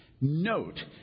note